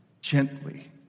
gently